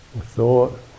thought